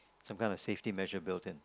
some kind of safety measure build in